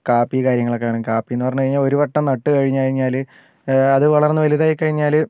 കാപ്പി കാര്യങ്ങളെക്കെയാണ് കാപ്പി എന്ന് പറഞ്ഞ് കഴിഞ്ഞാൽ ഒര് വട്ടം നട്ട് കഴിഞ്ഞ് കഴിഞ്ഞാല് അത് വളർന്ന് വലുതായി കഴിഞ്ഞാല്